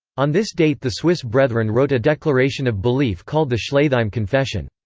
on this date the swiss brethren wrote a declaration of belief called the schleitheim confession.